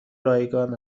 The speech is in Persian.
رایگان